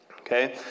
Okay